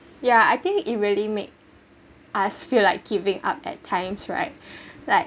yeah I think it really made us feel like giving up at times right like